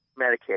Medicaid